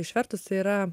išvertus tai yra